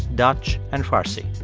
dutch and farsi.